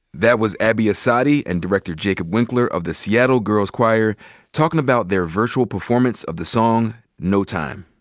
that was abby assadi and director jacob winkler of the seattle girls choir talkin' about their virtual performance of the song no time.